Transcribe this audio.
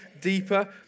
deeper